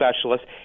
specialists